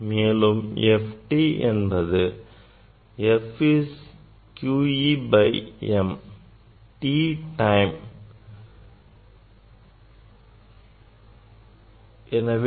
மேலும் f t என்பது f is q E by m t time t 1